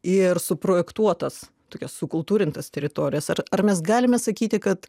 ir suprojektuotas tokias sukultūrintas teritorijas ar ar mes galime sakyti kad